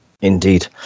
Indeed